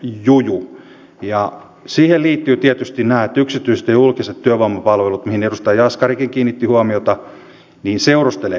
mutta edustaja saarikolle on sanottava että meidän on oltava myöskin täsmällisiä siinä mistä puhumme